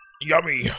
Yummy